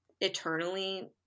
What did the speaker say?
eternally